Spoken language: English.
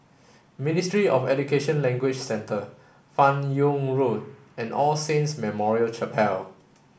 Ministry of Education Language Centre Fan Yoong Road and All Saints Memorial Chapel